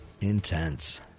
intense